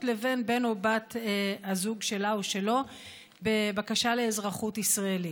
לבין בן או בת הזוג שלה או שלו בבקשה לאזרחות ישראלית.